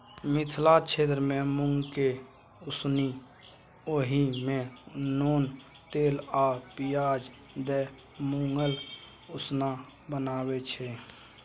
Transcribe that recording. मिथिला क्षेत्रमे मुँगकेँ उसनि ओहि मे नोन तेल आ पियाज दए मुँगक उसना बनाबै छै